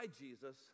jesus